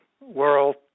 world